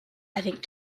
avec